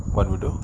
what we do